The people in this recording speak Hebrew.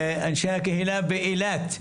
אנשי הקהילה באילת,